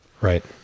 Right